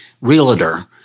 realtor